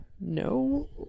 No